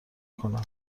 کنم